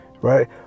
right